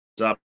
up